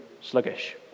sluggish